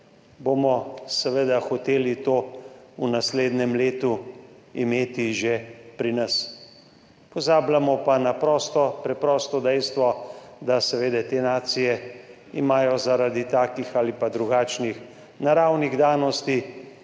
bomo seveda hoteli to v naslednjem letu imeti že pri nas, pozabljamo pa na preprosto dejstvo, da imajo seveda te nacije zaradi takih ali drugačnih naravnih danosti